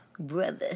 Brother